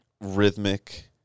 Rhythmic